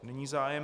Není zájem.